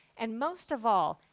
and most of all,